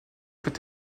peut